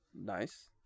Nice